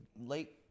late